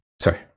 sorry